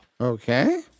Okay